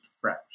fresh